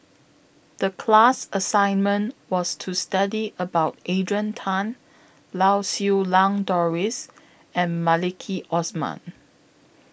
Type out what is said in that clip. The class assignment was to study about Adrian Tan Lau Siew Lang Doris and Maliki Osman